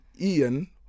Ian